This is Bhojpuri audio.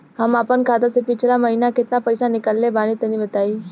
हम आपन खाता से पिछला महीना केतना पईसा निकलने बानि तनि बताईं?